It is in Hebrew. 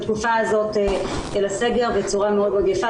את התקופה הזאת של הסגר בצורה מאוד מאוד יפה,